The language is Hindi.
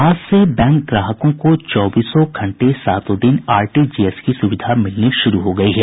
आज से बैंक ग्राहकों को चौबीस घंटे सातो दिन आरटीजीएस की सुविधा मिलनी शुरू हो गयी है